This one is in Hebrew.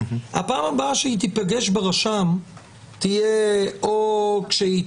הפעם הבאה שהיא תיפגש ברשם תהיה או שהיא